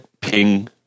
ping